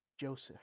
Joseph